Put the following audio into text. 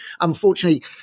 unfortunately